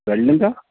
welding کا